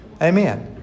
Amen